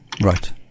Right